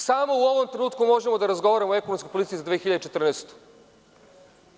Samo u ovom trenutku možemo da razgovaramo o ekonomskoj politici za 2014. godinu.